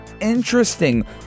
interesting